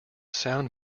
sound